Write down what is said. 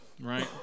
right